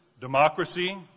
democracy